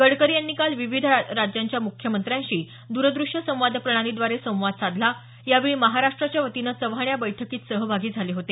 गडकरी यांनी काल विविध राज्यांच्या मुख्यमंत्र्यांशी द्रद्रष्य संवाद प्रणालीद्वारे संवाद साधला यावेळी महाराष्ट्राच्यावतीनं चव्हाण या बैठकीत सहभागी झाले होते